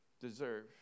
deserve